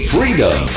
Freedom